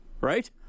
right